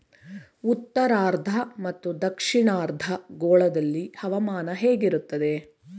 ಉತ್ತರಾರ್ಧ ಮತ್ತು ದಕ್ಷಿಣಾರ್ಧ ಗೋಳದಲ್ಲಿ ಹವಾಮಾನ ಹೇಗಿರುತ್ತದೆ?